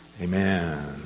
Amen